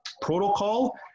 protocol